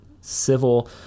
civil